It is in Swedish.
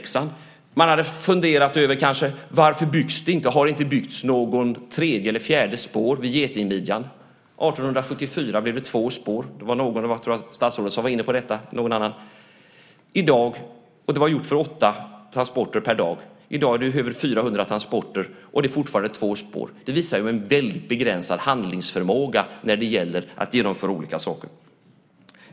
Man kanske hade funderat över varför det inte har byggts något tredje eller fjärde spår vid getingmidjan. 1874 blev det två spår. Jag tror att det var statsrådet eller någon annan som var inne på detta. Och det var gjort för åtta transporter per dag. I dag är det över 400 transporter, och det är fortfarande två spår. Det visar en väldigt begränsad handlingsförmåga när det gäller att genomföra olika saker.